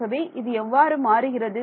ஆகவே இது எவ்வாறு மாறுகிறது